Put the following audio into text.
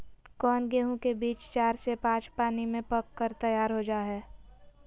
कौन गेंहू के बीज चार से पाँच पानी में पक कर तैयार हो जा हाय?